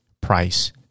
price